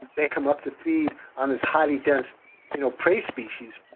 they come up to feed on this highly dense you know prey species,